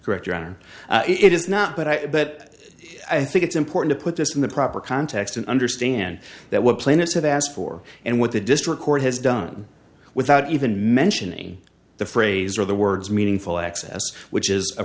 correct your honor it is not but i but i think it's important to put this in the proper context and understand that what planets have asked for and what the district court has done without even mentioning the phrase or the words meaningful access which is